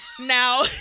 Now